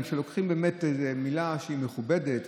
לוקחים באמת איזו מילה שהיא מכובדת,